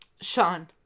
Sean